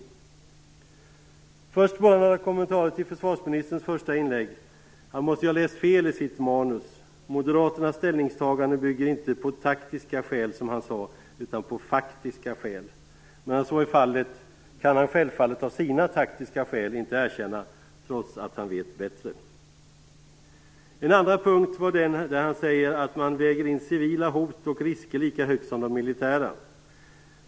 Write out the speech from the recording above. Först vill jag bara göra några kommentarer till försvarsministerns första inlägg. Han måste ha läst fel i sitt manus. Moderaternas ställningstagande bygger inte på taktiska skäl, som han sade, utan på faktiska skäl. Men att så är fallet kan han självfallet av sina taktiska skäl inte erkänna, trots att han vet bättre. En andra kommentar är att han säger att man väger in civila hot och risker lika högt som de militära.